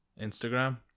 instagram